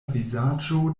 vizaĝo